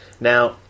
Now